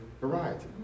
variety